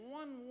one